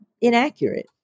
inaccurate